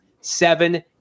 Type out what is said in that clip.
seven